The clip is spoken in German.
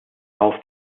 auf